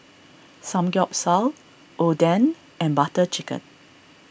Samgyeopsal Oden and Butter Chicken